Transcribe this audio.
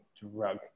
drug